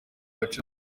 gace